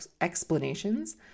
explanations